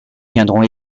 viendront